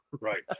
Right